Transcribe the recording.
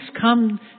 come